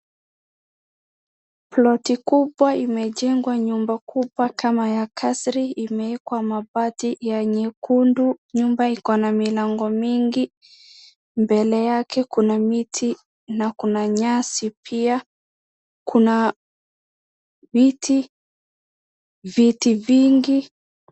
Ploti kubwa imejengwa nyumba kubwa kama ya kasri imewekwa mabati ya nyekundu, nyumba ikona milango mingi, mbele yake kuna miti na kuna nyasi pia, kuna viti, viti vingi.